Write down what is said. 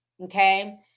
okay